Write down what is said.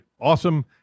Awesome